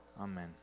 Amen